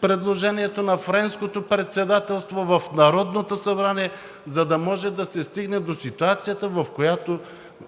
предложенията на Френското председателство в Народното събрание, за да може да се стигне до ситуацията, в която